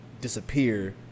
disappear